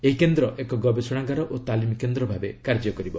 ଏହି କେନ୍ଦ୍ର ଏକ ଗବେଷଣାଗାର ଓ ତାଲିମକେନ୍ଦ୍ର ଭାବେ କାର୍ଯ୍ୟ କରିବ